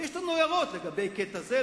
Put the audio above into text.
יש לנו הערות לגבי קטע זה,